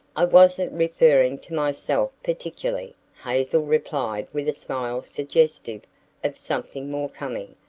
i wasn't referring to myself particularly, hazel replied with a smile suggestive of something more coming.